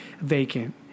vacant